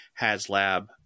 HasLab